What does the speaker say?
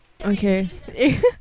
Okay